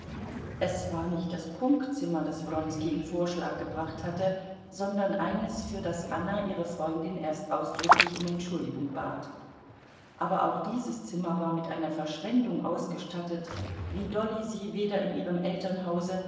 es war nicht das prunkzimmer das wronski in vorschlag gebracht hatte sondern eines für das anna ihre freundin erst ausdrücklich um entschuldigung bat aber auch dieses zimmer war mit einer verschwendung ausgestattet wie dolly sie weder in ihrem elternhause